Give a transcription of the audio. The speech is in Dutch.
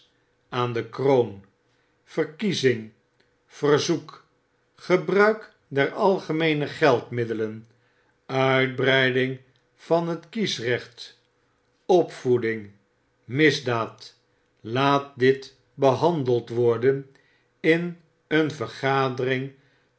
aan de kroon verkiezing verzoek gebruik der algemeene geldmiddelen uitbreiding van hetkiesrecht opvoeding misdaad laat dit behandeld worden in een vergadering